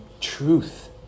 truth